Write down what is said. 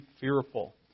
fearful